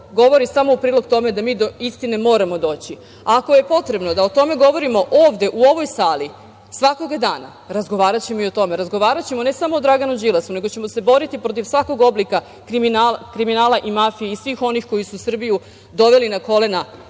govori samo u prilog tome da mi do istine moramo doći. Ako je potrebno da o tome govorimo ovde, u ovoj sali svakoga dana, razgovaraćemo i o tome. Razgovaraćemo ne samo o Draganu Đilasu, nego ćemo se boriti protiv svakog oblika kriminala i mafije i svih onih koji su Srbiju doveli na kolena. Gde